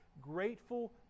grateful